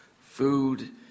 food